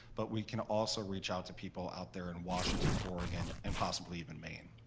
but we can also reach out to people out there in washington, oregon and possibly even maine.